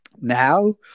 Now